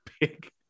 big